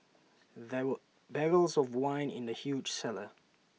there were barrels of wine in the huge cellar